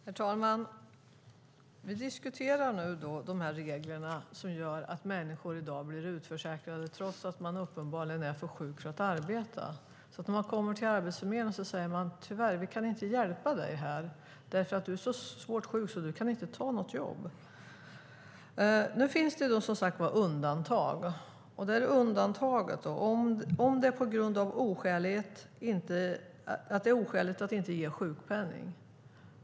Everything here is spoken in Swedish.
Herr talman! Vi diskuterar nu de regler som gör att människor i dag blir utförsäkrade trots att de uppenbarligen är för sjuka för att arbeta. När människor kommer till Arbetsförmedlingen säger man: Tyvärr, vi kan inte hjälpa dig här eftersom du är så svårt sjuk att du inte kan ta något jobb. Det finns som sagt undantag. Undantaget är att det är oskäligt att inte ge sjukpenning.